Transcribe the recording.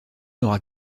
n’aura